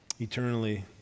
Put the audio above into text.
eternally